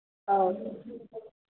ꯑꯧ